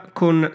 con